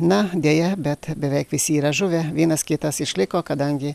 na deja bet beveik visi yra žuvę vienas kitas išliko kadangi